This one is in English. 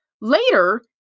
Later